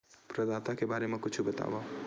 प्रदाता के बारे मा कुछु बतावव?